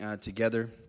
together